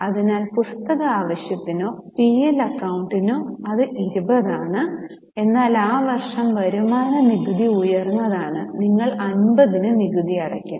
അതിനാൽ പുസ്തക ആവശ്യത്തിനോ പി എൽ അക്കൌണ്ടിനോ ഇത് 20 ആണ് എന്നാൽ ആ വർഷം വരുമാനനികുതി ഉയർന്നതാണ് നിങ്ങൾ 50 ന് നികുതി അടയ്ക്കും